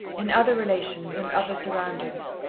in other relations and other surroundings,